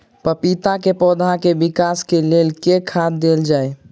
पपीता केँ पौधा केँ विकास केँ लेल केँ खाद देल जाए?